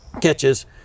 catches